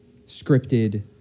scripted